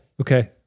Okay